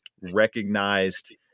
recognized